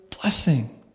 blessing